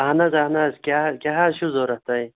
اَہَن حظ اَہَن حظ کیٛاہ حظ کیٛاہ حظ چھُ ضروٗرت تۄہہِ